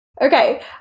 okay